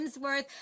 hemsworth